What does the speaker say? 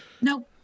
No